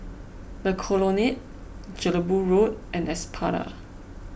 the Colonnade Jelebu Road and Espada